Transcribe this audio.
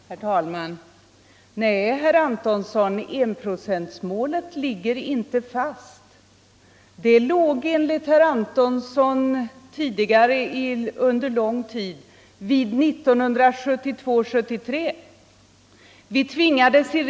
Nr 142 Herr talman! Nej, herr Antonsson, enprocentsmålet ligger inte fast! Torsdagen den Det skulle enligt vad herr Antonsson tidigare under lång tid sagt ha 12 december 1974 uppnåtts 1972/1973.